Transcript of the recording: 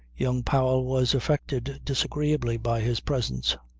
young powell was affected disagreeably by his presence.